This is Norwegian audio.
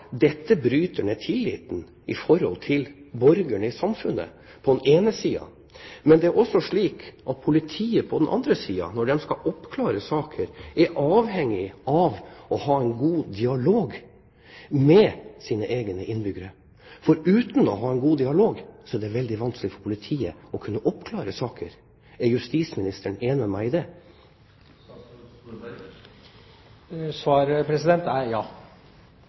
dette bryter ned tilliten i forhold til borgerne i samfunnet på den ene siden. Men det er også slik at politiet på den andre siden er avhengig av å ha en god dialog med sine egne innbyggere når de skal oppklare saker. For uten å ha en god dialog er det veldig vanskelig for politiet å oppklare saker. Er justisministeren enig med meg i det? Svaret er ja.